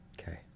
Okay